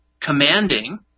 commanding